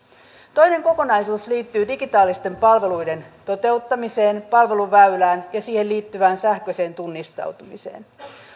toinen kokonaisuus liittyy digitaalisten palveluiden toteuttamiseen palveluväylään ja siihen liittyvään sähköiseen tunnistautumiseen